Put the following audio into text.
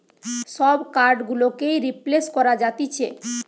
সব কার্ড গুলোকেই রিপ্লেস করা যাতিছে